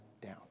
down